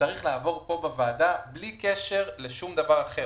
שצריך לעבור פה בוועדה, בלי קשר לשום דבר אחר.